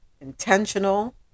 intentional